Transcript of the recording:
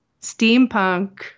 Steampunk